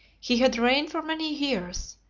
he had reigned for many years,